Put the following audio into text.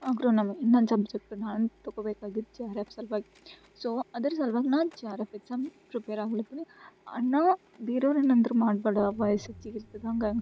agronomy ಇನ್ನೊಂದು subject ನಾನು ತಗೋಬೇಕಾಗಿದ್ದು ಜಿ ಆರ್ ಎಫ್ ಸಲುವಾಗಿ ಸೊ ಅದ್ರ ಸಲ್ವಾಗಿ ನಾನು G R F exam prepare ಆಗ್ಲಕತೀನಿ ಅಣ್ಣ ಬೇರೆ ಅವ್ರು ಏನು ಅಂದ್ರು ಮಾಡಬೇಡ ವಯಸ್ಸು ಹೆಚ್ಚಿಗೆ ಇರ್ತದೆ ಹಂಗಾಗಿ